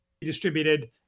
distributed